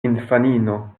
infanino